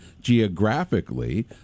geographically